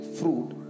fruit